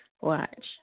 Watch